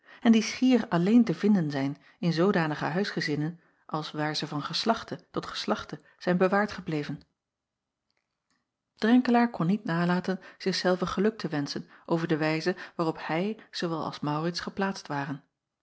en die schier alleen te vinden zijn in zoodanige huisgezinnen als waar ze van geslachte tot geslachte zijn bewaard gebleven renkelaer kon niet nalaten zich zelven geluk te wenschen over de wijze waarop hij zoowel als aurits geplaatst waren